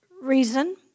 reason